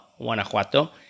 Guanajuato